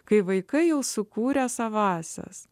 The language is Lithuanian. kai vaikai jau sukūrę savąsias